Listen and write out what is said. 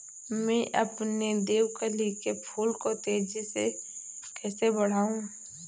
मैं अपने देवकली के फूल को तेजी से कैसे बढाऊं?